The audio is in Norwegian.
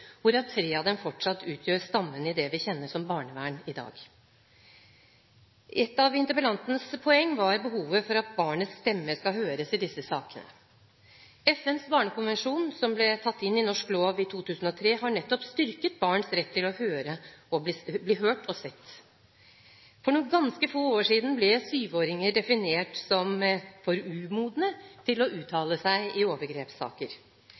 hvorav tre av dem fortsatt utgjør stammen i det vi kjenner som barnevern i dag. Et av interpellantens poeng var behovet for at barnets stemme skal høres i disse sakene. FNs barnekonvensjon, som ble tatt inn i norsk lov i 2003, har styrket barns rett til å bli hørt og sett. For noen ganske få år siden ble syvåringer definert som for umodne til å uttale seg i overgrepssaker.